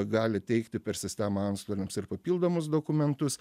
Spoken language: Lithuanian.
gali teikti per sistemą antstoliams ir papildomus dokumentus